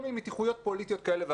כל מיני מתיחויות פוליטיות כאלה ואחרות,